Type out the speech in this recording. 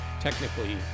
technically